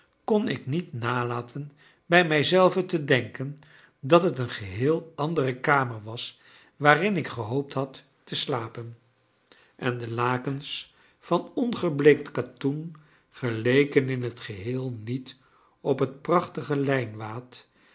kon ik niet nalaten bij mij zelven te denken dat het een geheel andere kamer was waarin ik gehoopt had te slapen en de lakens van ongebleekt katoen geleken in het geheel niet op het prachtige